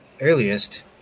earliest